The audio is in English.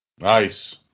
Nice